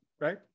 right